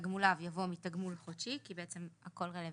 מתגמוליו יבוא מתגמול חודשי, כי בעצם הכל רלוונטי,